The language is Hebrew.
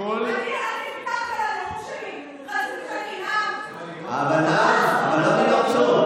רצו שאני אנאם, נאמת, אבל לא לנאום שוב.